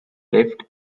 left